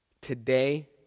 Today